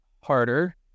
harder